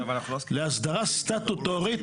להסדרת סטטוטורית.